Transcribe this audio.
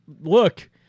look